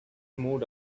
moved